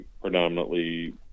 predominantly